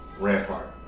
Rampart